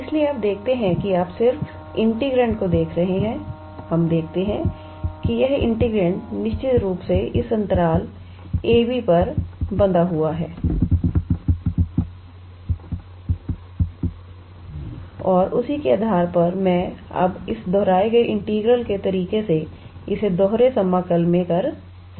इसलिए आप देखते हैं कि आप सिर्फ इंटीग्रैंड को देख रहे हैं हम देखते हैं कि यह इंटीग्रैंड निश्चित रूप से इस अंतराल a b पर बँधा हुआ है और उसी के आधार पर मैं अब इस दोहराए गए इंटीग्रल के तरीके से इसे दोहरे समाकल में कर सकते हैं